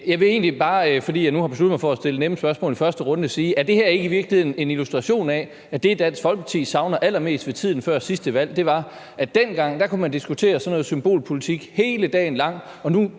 Jeg vil egentlig bare, fordi jeg nu har besluttet mig for at stille nemme spørgsmål i første runde, spørge: Er det her ikke i virkeligheden en illustration af, at det, Dansk Folkeparti savner allermest fra tiden før sidste valg, er, at dengang kunne man diskutere sådan noget symbolpolitik hele dagen lang, og nu